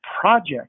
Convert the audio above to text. project